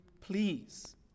please